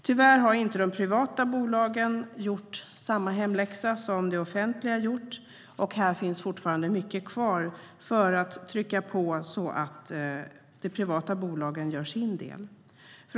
Tyvärr har inte de privata bolagen gjort samma hemläxa som det offentliga har gjort. Här finns fortfarande mycket kvar att trycka på så att de privata bolagen gör sin del.